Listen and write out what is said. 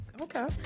Okay